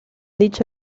dicho